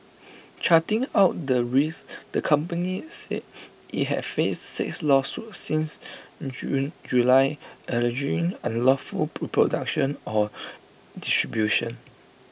charting out the risks the company said IT had faced six lawsuits since June July alleging unlawful pro production or distribution